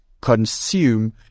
consume